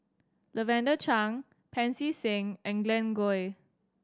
Lavender Chang Pancy Seng and Glen Goei